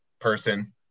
person